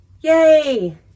Yay